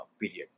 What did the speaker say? period